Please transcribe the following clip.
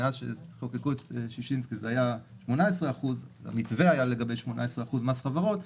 מאז שחוקקו את ששינסקי המתווה היה לגבי 18% מס חברות,